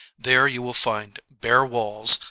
there you will find bare walls,